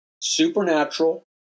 supernatural